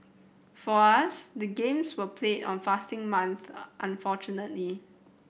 for us the games were played on fasting month unfortunately